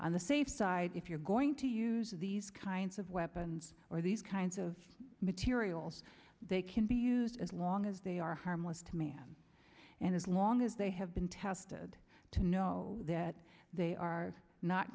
on the safe side if you're going to use these kinds of weapons or these kinds of materials they can be used as long as they are harmless to man and as long as they have been tested to know that they are not